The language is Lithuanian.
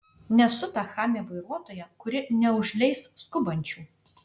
nesu ta chamė vairuotoja kuri neužleis skubančių